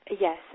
Yes